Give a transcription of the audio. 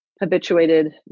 Habituated